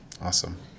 Awesome